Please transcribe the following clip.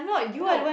no